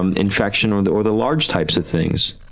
um infection, or the or the large types of things,